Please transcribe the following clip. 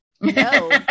No